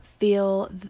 Feel